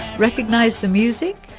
recognise the music?